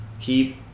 Keep